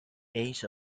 age